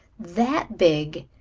that big!